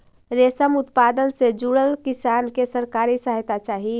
रेशम उत्पादन से जुड़ल किसान के सरकारी सहायता चाहि